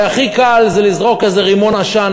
הרי הכי קל זה לזרוק איזה רימון עשן,